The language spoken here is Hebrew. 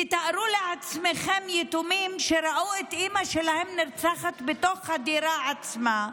תארו לעצמכם יתומים שראו את אימא שלהם נרצחת בתוך הדירה עצמה,